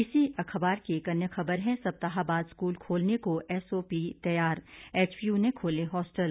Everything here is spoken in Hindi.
इसी अखबार की एक अन्य खबर है सप्ताह बाद स्कूल खोलने को एसओपी तैयार एचपीयू ने खोले होस्टल